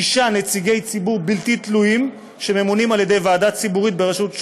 שישה נציגי ציבור בלתי תלויים שממונים על-ידי ועדה ציבורית בראשות שופט,